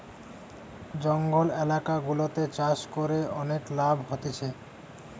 জঙ্গল এলাকা গুলাতে চাষ করে অনেক লাভ হতিছে